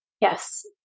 Yes